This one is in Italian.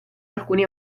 alcuni